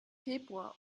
februar